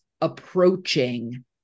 approaching